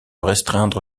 restreindre